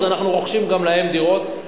אז אנחנו רוכשים גם להן דירות,